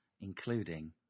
including